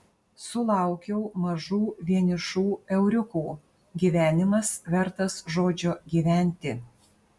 sulaukiau mažų vienišų euriukų gyvenimas vertas žodžio gyventi